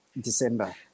December